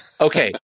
Okay